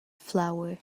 flour